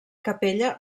capella